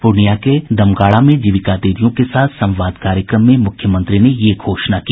पूर्णिया के दमगाड़ा में जीविका दीदियों के साथ संवाद कार्यक्रम में मुख्यमंत्री ने ये घोषणा की